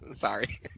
Sorry